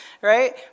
right